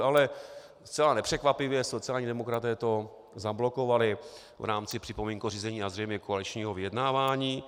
Ale zcela nepřekvapivě to sociální demokraté zablokovali v rámci připomínkového řízení a zřejmě koaličního vyjednávání.